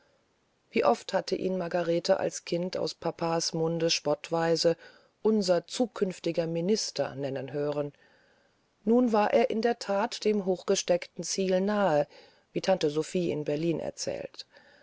wie oft hatte ihn margarete als kind aus papas munde spottweise unser zukünftiger minister nennen gehört nun war er in der that dem hochgesteckten ziel nahe wie tante sophie in berlin erzählt